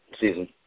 season